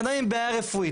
אדם עם בעיה רפואית,